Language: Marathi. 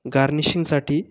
गार्निशिंगसाठी